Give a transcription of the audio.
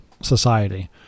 society